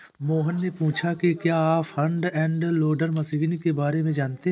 मोहन ने पूछा कि क्या आप फ्रंट एंड लोडर मशीन के बारे में जानते हैं?